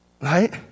Right